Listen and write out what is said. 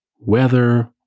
weather